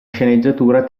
sceneggiatura